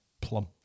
plum